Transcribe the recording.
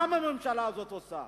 מה הממשלה הזאת עושה?